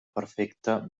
perfecte